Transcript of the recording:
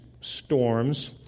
storms